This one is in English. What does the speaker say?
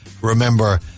remember